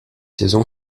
saison